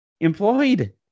employed